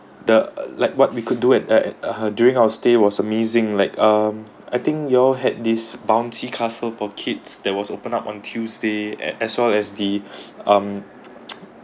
the like what we could do at at there uh during our stay was amazing like um I think you all had this bouncy castle for kids that was open up on tuesday and as well as the um